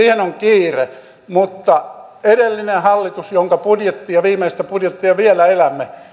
siihen on kiire mutta edellinen hallitus jonka budjettia viimeistä budjettia vielä elämme